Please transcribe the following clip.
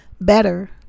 Better